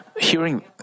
Hearing